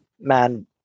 man